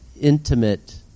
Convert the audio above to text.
intimate